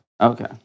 Okay